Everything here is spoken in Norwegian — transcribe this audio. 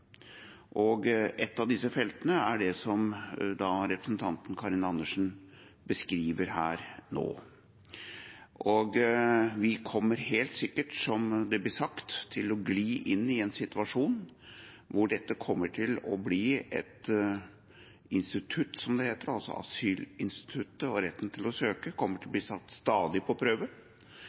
og ett av disse feltene er det som representanten Karin Andersen beskriver her nå. Vi kommer helt sikkert, som det blir sagt, til å gli inn i en situasjon hvor dette kommer til å bli et institutt – som det heter. Asylinstituttet, og retten til å søke asyl, kommer stadig til å bli satt på prøve.